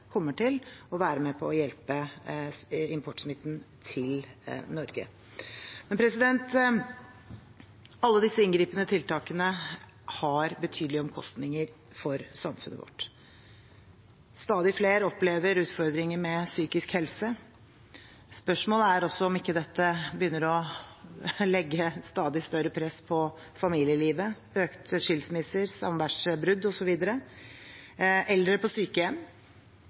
å være med på å begrense importsmitten til Norge. Alle disse inngripende tiltakene har betydelige omkostninger for samfunnet vårt. Stadig flere opplever utfordringer med psykisk helse. Spørsmålet er også om ikke dette begynner å legge stadig større press på familielivet, med økte skilsmisser, samværsbrudd osv. Når det gjelder eldre på sykehjem,